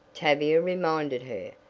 tavia reminded her.